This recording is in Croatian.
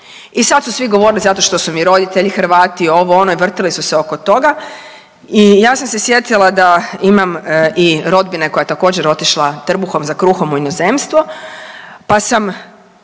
I sad su svi govorili zato što su mi roditelji Hrvati, ovo, ono i vrtili su se oko toga i ja sam se sjetila da imam i rodbine koja je također otišla trbuhom za kruhom u inozemstvo pa sam